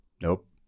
nope